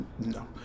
no